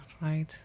Right